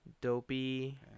Dopey